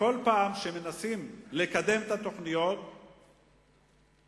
כל פעם שמנסים לקדם את התוכניות נתקלים,